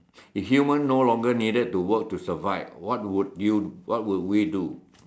if human no longer needed to work to survive what would you what would we do